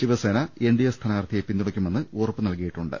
Shiv Sena N D A സ്ഥാനാർത്ഥിയെ പിന്തുണയ്ക്കുമെന്ന് ഉറപ്പുനൽകിയിട്ടുണ്ട്